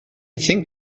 think